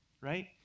Right